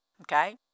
Okay